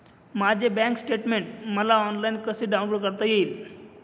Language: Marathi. माझे बँक स्टेटमेन्ट मला ऑनलाईन कसे डाउनलोड करता येईल?